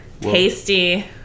tasty